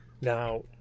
Now